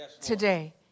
today